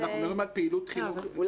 אנחנו מדברים על פעילות חינוכית --- לא,